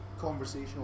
conversational